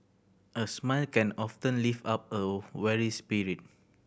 a smile can often lift up a weary spirit